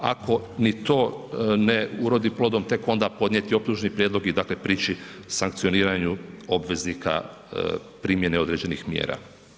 Ako ni to ne urodi plodom tek onda podnijeti optužni prijedlog i dakle prići sankcioniranju obveznika primjene određenih mjera.